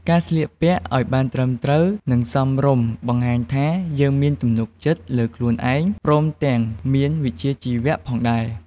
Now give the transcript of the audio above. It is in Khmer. ការស្លៀកពាក់ឱ្យបានត្រឹមត្រូវ និងសមរម្យបង្ហាញថា យើងមានទំនុកចិត្តលើខ្លួនឯង ព្រមទាំងមានវិជ្ជាជីវៈផងដែរ។